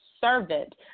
servant